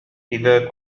إذا